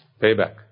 Payback